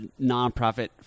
nonprofit